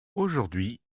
aujourd’hui